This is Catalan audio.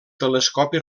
telescopi